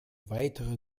weitere